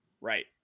right